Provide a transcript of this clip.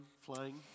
flying